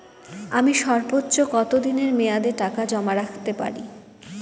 আমি সর্বোচ্চ কতদিনের মেয়াদে টাকা জমা রাখতে পারি?